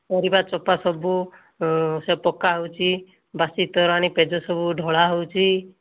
ପରିବା ଚୋପା ସବୁ ସେ ପକା ହେଉଛି ବାସି ତୋରାଣି ପେଜ ସବୁ ଢଳା ହେଉଛି